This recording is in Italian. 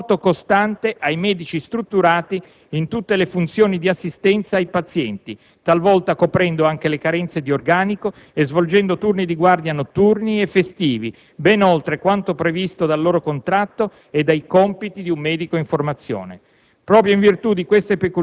ospedali e il supporto costante ai medici strutturati in tutte le funzioni di assistenza ai pazienti, talvolta coprendo anche le carenze di organico e svolgendo turni di guardia notturni e festivi, ben oltre quanto previsto dal loro contratto e dai compiti di un medico in formazione.